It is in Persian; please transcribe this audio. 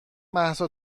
مهسا